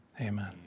Amen